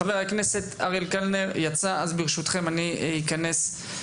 חבר הכנסת אריאל קלנר יצא, אז ברשותכם אני אתכנס